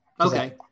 Okay